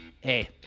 Hey